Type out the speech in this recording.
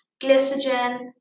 glycogen